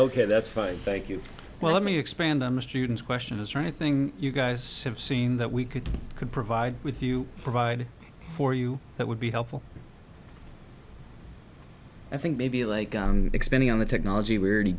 ok that's fine thank you well let me expand on the students question is right thing you guys have seen that we could could provide with you provide for you that would be helpful i think maybe like expanding on the technology we're to